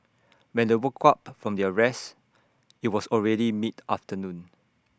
when they woke up from their rest IT was already mid afternoon